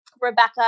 Rebecca